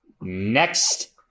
Next